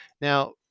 Now